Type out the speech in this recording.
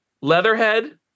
Leatherhead